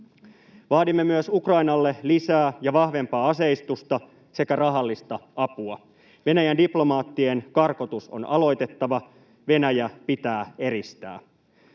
Vaadimme myös Ukrainalle lisää ja vahvempaa aseistusta sekä rahallista apua. Venäjän diplomaattien karkotus on aloitettava — Venäjä pitää eristää.